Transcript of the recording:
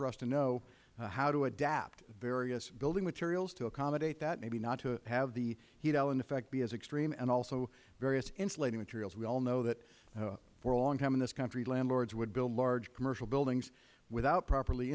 for us to know how to adapt various building materials to accommodate that maybe not to have the heat island effect be as extreme and also various insulating materials we all know that for a long time in this country landlords would build large commercial buildings without properly